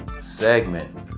segment